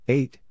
Eight